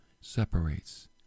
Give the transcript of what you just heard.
separates